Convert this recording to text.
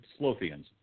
slothians